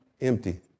Empty